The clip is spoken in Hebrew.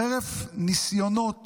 חרף ניסיונות